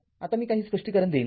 आता मी काही स्पष्टीकरण देईन